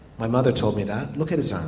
my mother told me that. look at his arm.